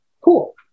cool